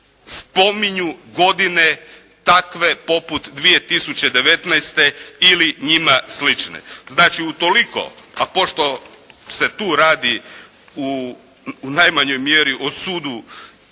spominju godine takve poput 2019. ili njima slične. Znači utoliko, a pošto se tu radi u najmanjoj mjeri o sudu